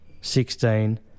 sixteen